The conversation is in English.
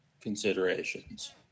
considerations